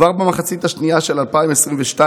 כבר במחצית השנייה של 2022,